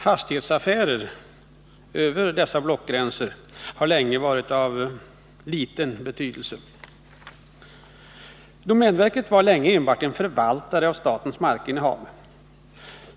Fastighetsaffärer över dessa blockgränser har länge varit av liten betydelse. Domänverket var länge enbart en förvaltare av statens markinnehav.